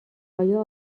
آیا